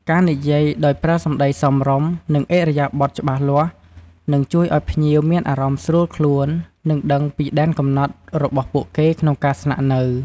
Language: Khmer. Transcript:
ការនិយាយាដោយប្រើសម្តីសមរម្យ និងឥរិយាបទច្បាស់លាស់ នឹងជួយឲ្យភ្ញៀវមានអារម្មណ៍ស្រួលខ្លួន និងដឹងពីដែនកំណត់របស់ពួកគេក្នុងការស្នាក់នៅ។